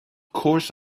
course